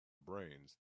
brains